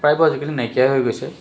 প্ৰায়বোৰ আজিকালি নাইকিয়াই হৈ গৈছে